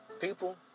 People